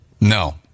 No